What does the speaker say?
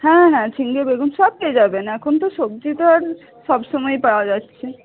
হ্যাঁ হ্যাঁ ঝিঙে বেগুন সব পেয়ে যাবেন এখন তো সবজি তো আর সবসময়ই পাওয়া যাচ্ছে